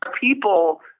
people